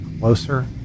closer